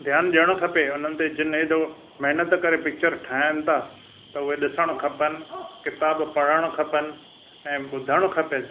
ध्यानु ॾियणु खपे हुननि ते जिन एॾो महिनत करे पिक्चर ठाहीनि था त उहे ॾिसणु खपनि किताबु पढ़णु खपनि ऐं ॿुधणु खपे